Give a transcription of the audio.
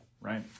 right